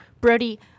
brody